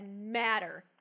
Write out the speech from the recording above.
matter